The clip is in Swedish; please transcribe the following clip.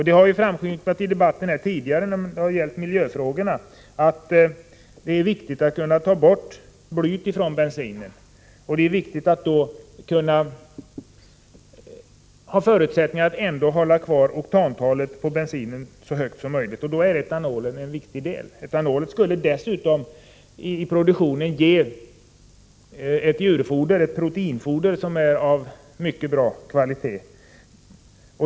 Det har ju framskymtat i debatten tidigare i fråga om miljöfrågor att det är viktigt att ta bort blyet från bensinen. Det är viktigt att då hålla oktantalet på bensinen så högt som möjligt. Där spelar etanol en viktig roll. Vid etanolproduktion skulle man dessutom få fram ett proteinfoder av mycket hög kvalitet.